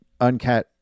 Uncat